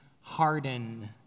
harden